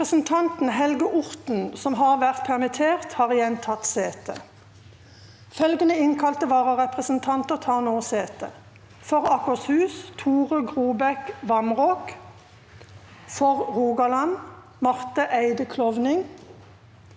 Representanten Helge Or- ten, som har vært permittert, har igjen tatt sete. Følgende innkalte vararepresentanter tar nå sete: For Akershus: Tore Grobæk Vamraak For Rogaland: Marte Eide Klovning